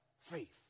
faith